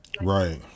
Right